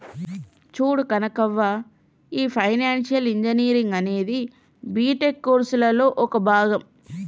చూడు కనకవ్వ, ఈ financial engineering అనేది బీటెక్ కోర్సులలో ఒక భాగం